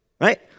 right